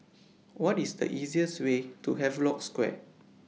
What IS The easiest Way to Havelock Square